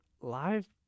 live